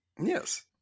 yes